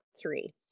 three